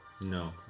No